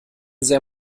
sehr